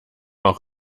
auch